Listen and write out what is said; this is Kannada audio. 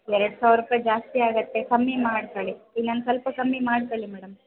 ಎರಡು ಸಾವಿರ ರೂಪಾಯಿ ಜಾಸ್ತಿ ಆಗತ್ತೆ ಕಮ್ಮಿ ಮಾಡ್ಕೊಳ್ಳಿ ಇನ್ನೊಂದು ಸ್ವಲ್ಪ ಕಮ್ಮಿ ಮಾಡ್ಕೊಳ್ಳಿ ಮೇಡಮ್